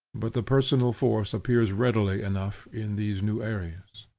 but the personal force appears readily enough in these new arenas.